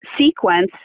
sequence